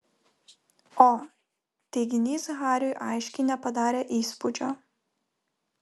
o teiginys hariui aiškiai nepadarė įspūdžio